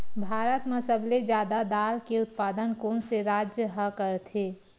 भारत मा सबले जादा दाल के उत्पादन कोन से राज्य हा करथे?